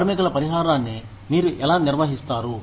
కార్మికుల పరిహారాన్ని మీరు ఎలా నిర్వహిస్తారు